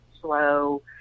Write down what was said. slow